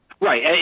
Right